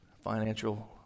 financial